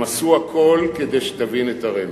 הם עשו הכול כדי שתבין את הרמז.